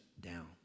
down